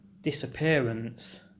disappearance